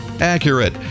accurate